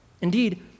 Indeed